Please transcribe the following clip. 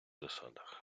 засадах